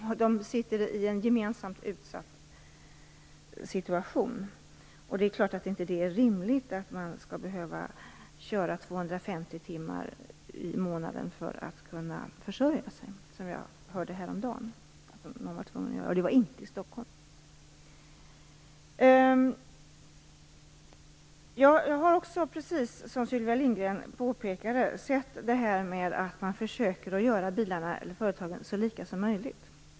De har gemensamt att de befinner sig i en utsatt situation. Det är klart att det inte är rimligt att man skall behöva köra 250 timmar i månaden för att kunna försörja sig. Jag hörde häromdagen att någon var tvungen att göra det. Det var dock inte i Stockholm. Jag har också, precis som Sylvia Lindgren påpekade, sett att man försöker göra företagen så lika som möjligt.